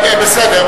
בסדר.